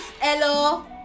hello